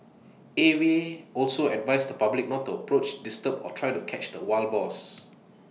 A V A also advised the public not to approach disturb or try to catch the wild boars